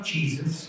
Jesus